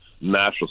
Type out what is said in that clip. national